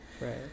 Right